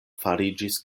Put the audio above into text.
fariĝis